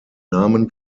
namen